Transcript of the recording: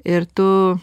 ir tu